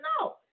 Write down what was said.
no